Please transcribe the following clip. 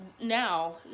now